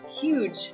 huge